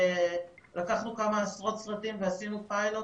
לקחנו כמה עשרות סרטים ועשינו פיילוט